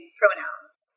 pronouns